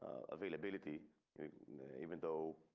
availability even though.